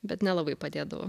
bet nelabai padėdavo